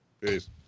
Peace